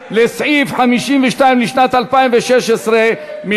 תקציבית לסעיף 52 לשנת 2016 לא נתקבלו.